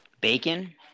Bacon